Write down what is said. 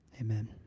Amen